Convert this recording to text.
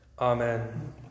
Amen